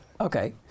Okay